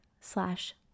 slash